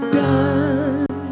done